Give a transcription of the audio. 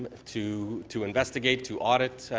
to to investigation, to audit,